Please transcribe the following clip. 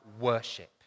worship